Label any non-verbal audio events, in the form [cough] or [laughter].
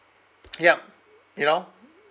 yup [noise] you know